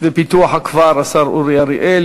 ופיתוח הכפר אורי אריאל,